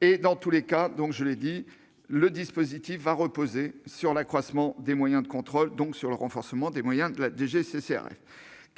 de ce dispositif reposera sur l'accroissement des contrôles et donc sur le renforcement des moyens de la DGCCRF.